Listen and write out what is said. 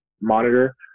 monitor